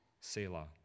Selah